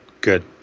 Good